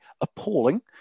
appalling